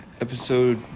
episode